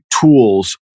tools